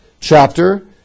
chapter